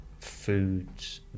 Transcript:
foods